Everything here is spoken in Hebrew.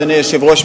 אדוני היושב-ראש,